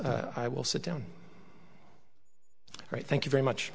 i will sit down right thank you very much